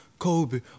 Kobe